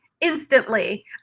instantly